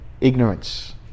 ignorance